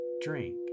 drink